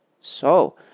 So